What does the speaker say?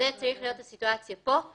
זו צריכה להיות הסיטואציה פה.